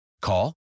Call